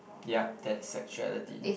yup that's sexuality